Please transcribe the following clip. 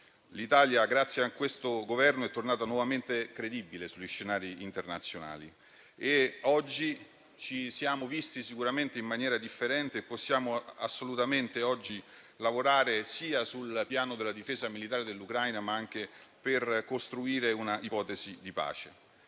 L'Italia, grazie a questo Governo, è tornata nuovamente credibile sugli scenari internazionali; oggi siamo visti sicuramente in maniera differente e possiamo lavorare sia sul piano della difesa militare dell'Ucraina, ma anche per costruire un'ipotesi di pace.